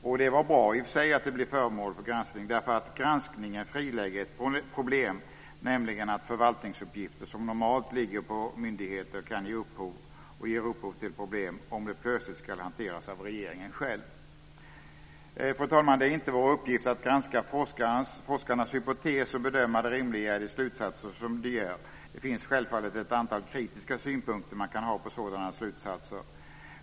Och det var bra att det här blev föremål för granskning därför att granskningen frilägger ett problem, nämligen att förvaltningsuppgifter som normalt ligger på myndigheter kan ge upphov och ger upphov till problem om de plötsligt ska hanteras av regeringen själv. Fru talman! Det är inte vår uppgift att granska forskarnas hypotes och bedöma det rimliga i de slutsatser som de gör. Det finns självfallet ett antal kritiska synpunkter som man kan ha på sådana slutsatser.